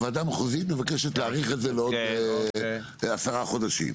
הוועדה המחוזית מבקשת להאריך את זה לעוד 10 חודשים,